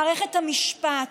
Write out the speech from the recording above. מערכת המשפט,